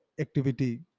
activity